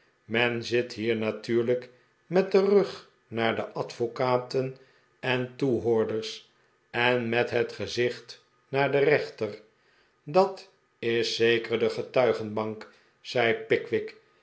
men zit hier natuurlijk met den rug naar de advocaten en toehoorders en met het gezicht naar den rechter dat is zeker de getuigehbank zei pickwick